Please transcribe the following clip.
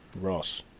Ross